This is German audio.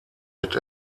mit